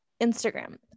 Instagram